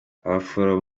abaforomo